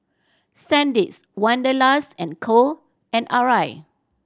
Sandisk Wanderlust and Co and Arai